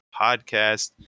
Podcast